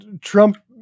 Trump